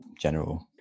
general